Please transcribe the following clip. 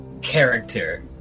character